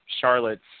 Charlotte's